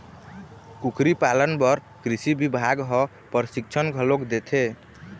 कुकरी पालन बर कृषि बिभाग ह परसिक्छन घलोक देथे